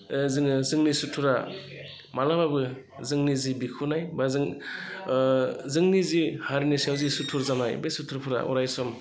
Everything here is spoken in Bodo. जोङो जोंनि सुथुरा माब्लाबाबो जोंनि जि बिख'नाय बा जों जोंनि जि हारिनि सायाव जि सुथुर जानाय बे सुथुरफोरा अरायसम